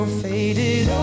faded